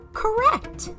correct